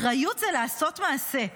אחריות זה לעשות מעשה,